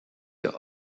your